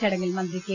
ചടങ്ങിൽ മന്ത്രി കെ